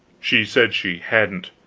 she said she hadn't.